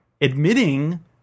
admitting